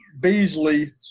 Beasley –